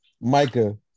Micah